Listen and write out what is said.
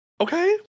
Okay